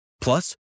Plus